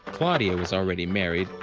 claudia was already married,